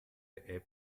app